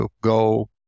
go